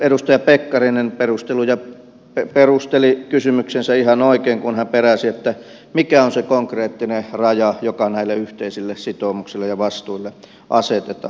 edustaja pekkarinen perusteli kysymyksensä ihan oikein kun hän peräsi sitä mikä on se konkreettinen raja joka näille yhteisille sitoumuksille ja vastuille asetetaan